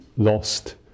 lost